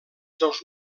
dels